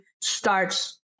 starts